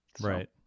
Right